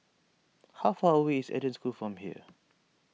how far away is Eden School from here